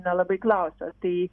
nelabai klausia tai